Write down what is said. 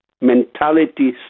mentality